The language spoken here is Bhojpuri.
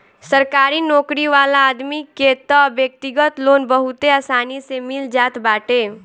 सरकारी नोकरी वाला आदमी के तअ व्यक्तिगत लोन बहुते आसानी से मिल जात बाटे